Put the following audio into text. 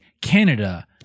Canada